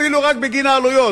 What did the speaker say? אפילו רק בגין העלויות.